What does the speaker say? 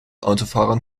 autofahrern